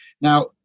Now